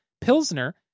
Pilsner